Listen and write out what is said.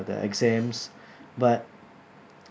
the exams but